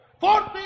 Forty